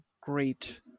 great